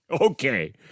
Okay